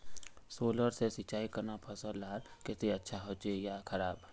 Solar से सिंचाई करना फसल लार केते अच्छा होचे या खराब?